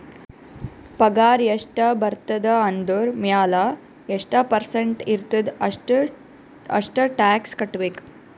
ಪಗಾರ್ ಎಷ್ಟ ಬರ್ತುದ ಅದುರ್ ಮ್ಯಾಲ ಎಷ್ಟ ಪರ್ಸೆಂಟ್ ಇರ್ತುದ್ ಅಷ್ಟ ಟ್ಯಾಕ್ಸ್ ಕಟ್ಬೇಕ್